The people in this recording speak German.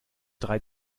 drei